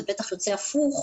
זה בטח יוצא הפוך.